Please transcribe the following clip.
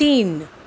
तीन